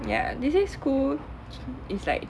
ya they say school is like